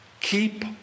keep